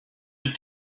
plus